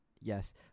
Yes